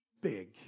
big